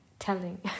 telling